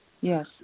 Yes